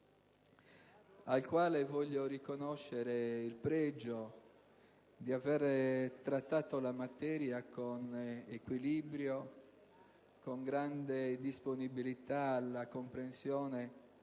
al quale voglio riconoscere il pregio di aver trattato la materia con equilibrio, con grande disponibilità alla comprensione